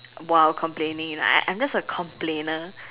while complaining you know I I'm just a complainer